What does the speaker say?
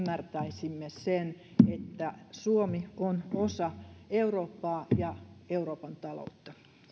ymmärtäisimme sen että suomi on osa eurooppaa ja euroopan taloutta